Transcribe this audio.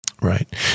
Right